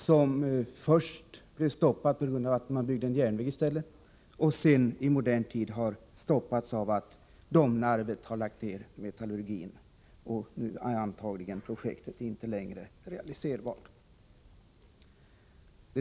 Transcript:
De regionala utblev först stoppat på grund av att man byggde en järnväg i stället. I modern vecklingsfondernas tid har projektet Stoppats SN att Dömnaivet har lagt ned metallurgin. garantigivning, Projektet är antagligen inte längre realiserbart.